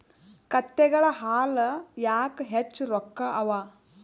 ಕತ್ತೆಗಳ ಹಾಲ ಯಾಕ ಹೆಚ್ಚ ರೊಕ್ಕ ಅವಾ?